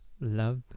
love